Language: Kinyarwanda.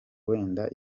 wenda